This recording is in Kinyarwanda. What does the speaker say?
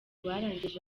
barangije